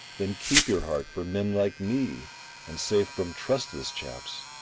then keep your heart for men like me and safe from trustless chaps.